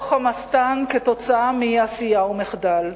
או "חמאסטן" כתוצאה מאי-עשייה ומחדל.